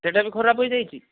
ସେଇଟା ବି ଖରାପ ହେଇଯାଇଛି